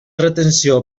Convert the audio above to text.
retenció